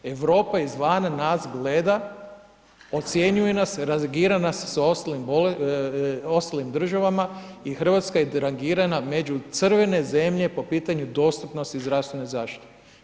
Europa izvana nas gleda, ocjenjuje nas, rangira nas s ostalim državama i Hrvatska je rangirana među crvene zemlje po pitanju dostupnosti zdravstvene zaštite.